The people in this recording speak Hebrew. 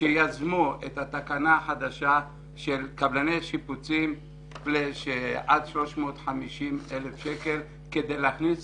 שיזמו את התקנה החדשה שקבלני שיפוצים עד 350,000 שקל כדי להכניס